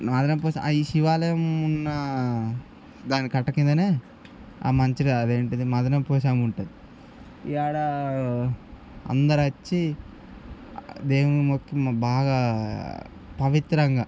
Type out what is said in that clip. మదన పోచ్చమ్మ ఇది శివాలయం ఉన్న దాని కట్ట కిందనే మంచిగా అదేంటది మదన పొచ్చమ్మ ఉంటుంది ఇక్కడ అందరు వచ్చి దేవునికి మొక్కి బాగా పవిత్రంగా